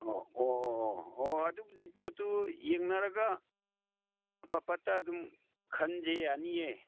ꯑꯣ ꯑꯣ ꯑꯣ ꯑꯣ ꯑꯣ ꯑꯗꯨꯕꯨꯗꯤ ꯄꯣꯠꯇꯨ ꯌꯦꯡꯅꯔꯒ ꯑꯐ ꯐꯠꯇ ꯑꯗꯨꯝ ꯈꯟꯁꯦ ꯌꯥꯅꯤꯌꯦ